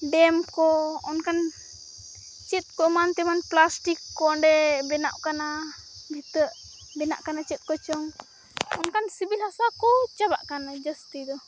ᱰᱮᱢᱠᱚ ᱚᱱᱠᱟᱱ ᱪᱮᱫᱠᱚ ᱮᱢᱟᱱ ᱛᱮᱢᱟᱱ ᱯᱞᱟᱥᱴᱤᱠ ᱠᱚ ᱚᱸᱰᱮ ᱵᱮᱱᱟᱜ ᱠᱟᱱᱟ ᱵᱷᱤᱛᱟᱹᱜ ᱵᱮᱱᱟᱜ ᱠᱟᱱᱟ ᱪᱮᱫᱠᱚᱪᱚᱝ ᱚᱱᱠᱟᱱ ᱥᱤᱵᱤᱞ ᱦᱟᱥᱟᱠᱚ ᱪᱟᱵᱟᱜ ᱠᱟᱱᱟ ᱡᱟᱹᱥᱛᱤᱫᱚ